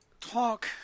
talk